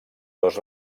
dos